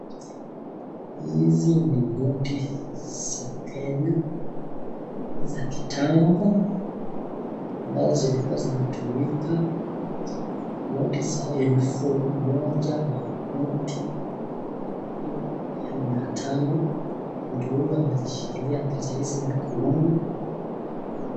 Hizi ni noti za kenya, za kitambo, ambazo zilikuwa zinatumika, noti za elfu moja na na noti ya mia tano, mtu huyu amezishikilia pesa hizi mkononi.